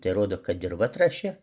tai rodo kad dirva trąši